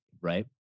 Right